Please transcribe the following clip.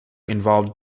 involved